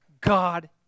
God